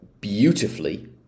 beautifully